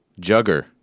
Jugger